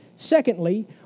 Secondly